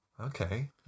okay